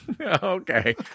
Okay